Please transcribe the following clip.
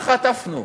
מה חטפנו?